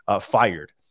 fired